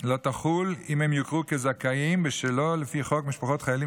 לא תחול אם הם הוכרו כזכאים לפי חוק משפחות חיילים